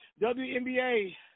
WNBA